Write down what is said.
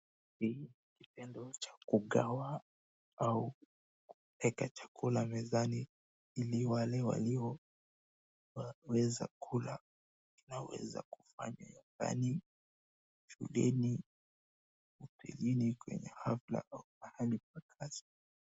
Hii ni kitendo cha kugawa au kuweka chakula mezani ili wale walio waweze kula. Inaweza kufanywa nyumbani, shuleni pengine kwenye hafla au pahali pa kazi.